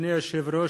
אדוני היושב-ראש,